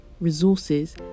resources